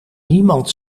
niemand